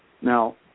Now